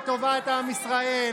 לטובת עם ישראל,